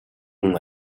хүн